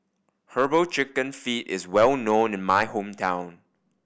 Herbal Chicken Feet is well known in my hometown